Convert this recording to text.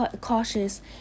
cautious